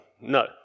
No